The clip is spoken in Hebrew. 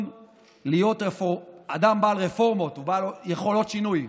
להיות אדם בעל רפורמות או בעל יכולות שינוי,